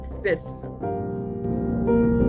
systems